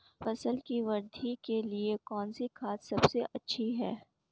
फसल की वृद्धि के लिए कौनसी खाद सबसे अच्छी है?